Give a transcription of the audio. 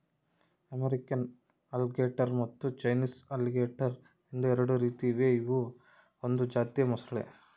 American alligator ಮತ್ತು Chinese alligator ಎಂದು ಎರಡು ರೀತಿ ಇವೆ ಇವು ಒಂದು ಜಾತಿಯ ಮೊಸಳೆ